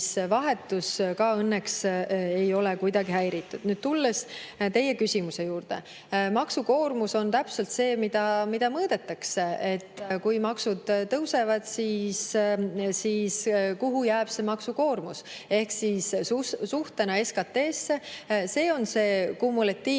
ka õnneks ei ole kuidagi häiritud. Tulen teie küsimuse juurde. Maksukoormus on täpselt see, mida mõõdetakse: kui maksud tõusevad, siis kuhu jääb maksukoormus suhtena SKT‑sse, see on see kumulatiivne